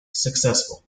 successful